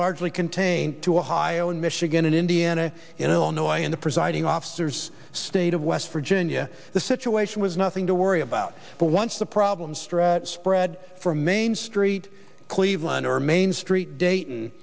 largely contained to a high in michigan and indiana in illinois and the presiding officers state of west virginia the situation was nothing to worry about but once the problems spread from main street cleveland or main street dayton